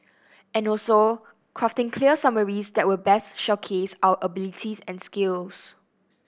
and also crafting clear summaries that will best showcase our abilities and skills